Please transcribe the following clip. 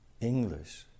english